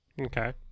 Okay